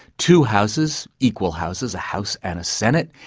two houses, equal houses, a house and a senate,